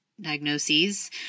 diagnoses